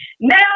Now